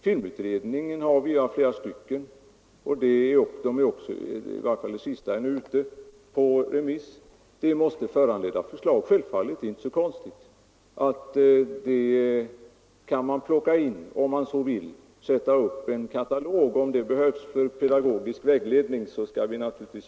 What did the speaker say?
Filmutredningsbetänkanden har vi flera stycken, och den sista är nu ute på remiss. De måste självfallet föranleda förslag — det är inte så konstigt.